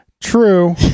True